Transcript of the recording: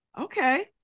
Okay